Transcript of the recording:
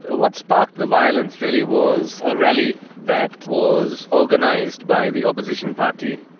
ah what sparked the violence really was a rally that was organised by the opposition party,